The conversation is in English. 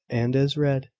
and as red,